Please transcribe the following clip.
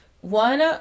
one